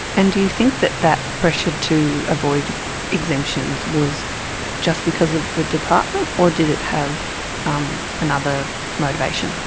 and do you think that that pressure to avoid exemptions was just because of the department or did it have um another motivation?